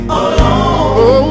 alone